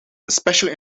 especially